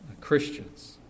Christians